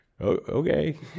okay